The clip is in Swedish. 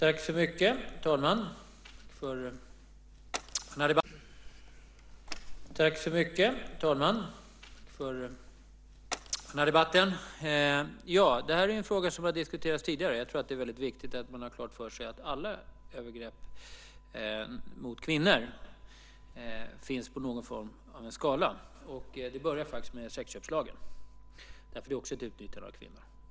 Herr talman! Jag vill tacka så mycket för debatten. Det här är en fråga som har diskuterats tidigare. Det är väldigt viktigt att man har klart för sig att alla övergrepp mot kvinnor finns på någon form av en skala. Det börjar med sexköpslagen. Det innebär också ett utnyttjande av kvinnor.